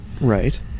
Right